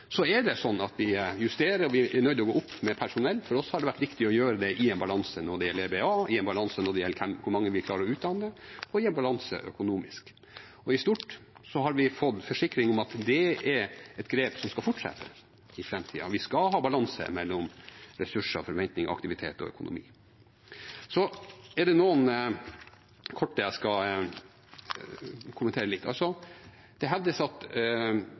Så er det sånn at vi justerer, og vi er nødt til å gå opp når det gjelder personell. For oss har det vært viktig å gjøre det i en balanse når det gjelder EBA, i en balanse når det gjelder hvor mange vi klarer å utdanne, og i en balanse økonomisk. I stort har vi fått forsikringer om at det er et grep som skal fortsette i framtida, vi skal ha balanse mellom ressurser, forventninger, aktivitet og økonomi. Så er det noe jeg kort skal kommentere litt. Det hevdes at